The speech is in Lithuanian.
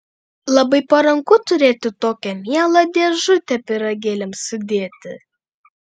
labai paranku turėti tokią mielą dėžutę pyragėliams sudėti